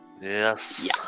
Yes